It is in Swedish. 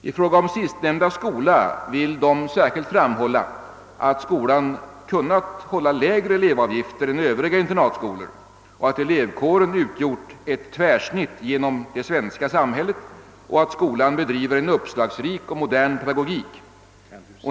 I fråga om sistnämnda skola vill vi särskilt framhålla att skolan kunnat hålla lägre elevavgifter än övriga internatskolor, att elevkåren utgjort ett tvärsnitt genom det svenska samhället och att skolan bedriver en uppslagsrik och modern pedagogik.